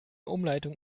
umleitung